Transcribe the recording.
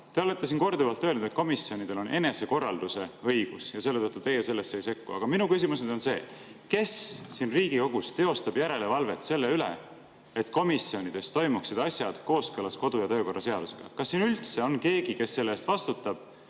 Te olete siin korduvalt öelnud, et komisjonidel on enesekorraldusõigus ja selle tõttu teie sellesse ei sekku. Aga minu küsimus on see, kes siin Riigikogus teostab järelevalvet selle üle, et komisjonides toimuksid asjad kooskõlas kodu‑ ja töökorra seadusega. Kas siin üldse on keegi, kes selle eest vastutab,